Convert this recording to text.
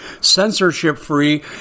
censorship-free